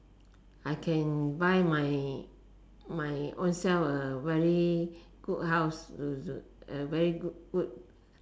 I can buy my my ownself a very good house to a very good good